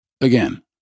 Again